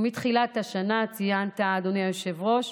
ומתחילת השנה, ציינת, אדוני היושב-ראש,